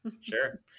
Sure